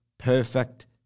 Perfect